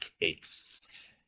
case